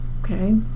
Okay